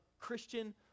Christian